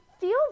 feel